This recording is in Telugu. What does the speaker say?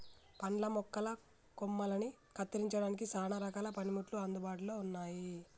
పండ్ల మొక్కల కొమ్మలని కత్తిరించడానికి సానా రకాల పనిముట్లు అందుబాటులో ఉన్నాయి